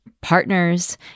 partners